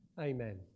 Amen